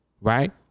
right